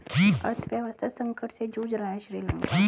अर्थव्यवस्था संकट से जूझ रहा हैं श्रीलंका